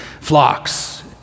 flocks